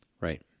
Right